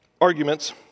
arguments